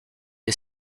est